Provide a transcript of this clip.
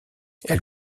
elle